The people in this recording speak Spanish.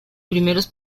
primeros